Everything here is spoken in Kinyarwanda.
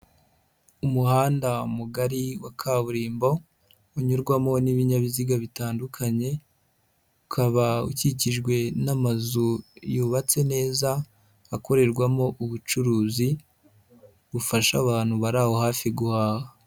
Umuhanda mugari wa kaburimbo unyurwamo n'ibinyabiziga bitandukanye, ukaba ukikijwe n'amazu yubatse neza akorerwamo ubucuruzi bufasha abantu bari aho hafi guhaha.